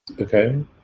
Okay